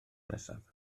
nesaf